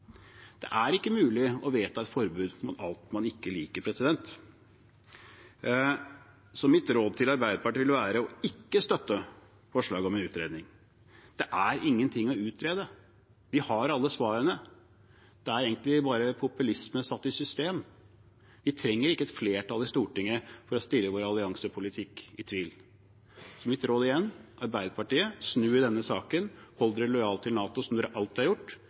vedta et forbud mot alt man ikke liker. Så mitt råd til Arbeiderpartiet vil være å ikke støtte forslaget om utredning. Det er ingenting å utrede, vi har alle svarene, det er egentlig bare populisme satt i system. Vi trenger ikke et flertall i Stortinget for å trekke vår alliansepolitikk i tvil. Mitt råd – igjen – til Arbeiderpartiet: Snu i denne saken, hold dere lojalt til NATO, som dere alltid har gjort,